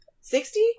Sixty